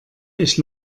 ich